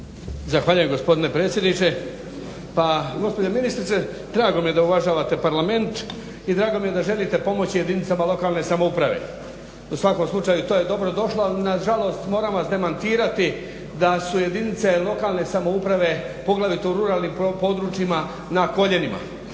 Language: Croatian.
Zahvaljujem gospodine predsjedniče. Pa gospođo ministrice, drago mi je da uvažavate parlament i drago mi je da želite pomoći jedinicama lokalne samouprave. U svakom slučaju to je dobrodošlo, ali nažalost moram vas demantirati da su jedinice lokalne samouprave poglavito u ruralnim područjima na koljenima.